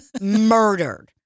Murdered